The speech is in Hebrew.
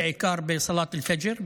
בעיקר בצלאת אל-פג'ר,